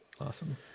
Awesome